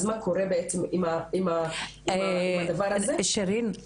אז מה קורה עם הדבר הזה --- שירין,